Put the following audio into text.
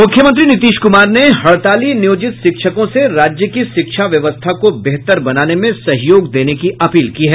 मुख्यमंत्री नीतीश कुमार ने हड़ताली नियोजित शिक्षकों से राज्य की शिक्षा व्यवस्था को बेहतर बनाने में सहयोग देने की अपील की है